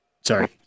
sorry